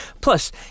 plus